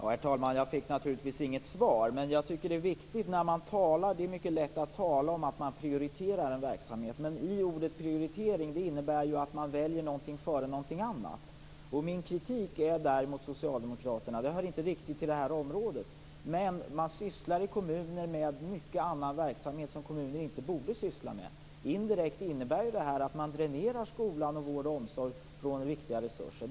Herr talman! Jag fick naturligtvis inget svar. Det är mycket lätt att tala om att man prioriterar en verksamhet, men ordet prioritering innebär ju att man väljer någonting före någonting annat. Min kritik på den punkten mot Socialdemokraterna är att man i kommunerna sysslar med mycket som kommuner inte borde syssla med - låt vara att det inte riktigt hör till det här ämnet. Indirekt innebär det att man dränerar skolan och vård och omsorg på viktiga resurser.